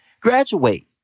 graduate